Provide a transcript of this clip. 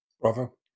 Bravo